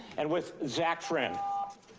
and with zach friend.